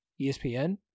ESPN